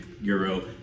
euro